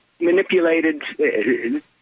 manipulated